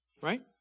right